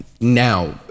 now